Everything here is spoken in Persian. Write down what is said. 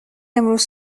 امروز